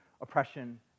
oppression